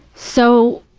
so,